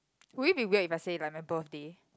will it be weird if I say like my birthday